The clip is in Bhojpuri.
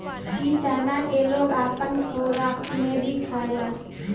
इ चना के लोग अपना खोराक में भी खायेला